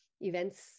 events